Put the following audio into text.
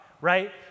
right